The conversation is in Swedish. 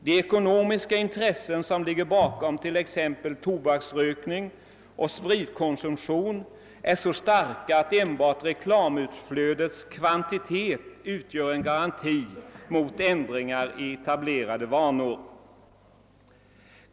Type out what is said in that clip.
De ekonomiska intressen som ligger bakom t.ex. tobaksrökning och spritkonsumtion är så starka att enbart reklamutflödets kvantitet utgör en garanti mot ändringar i etablerade vanor.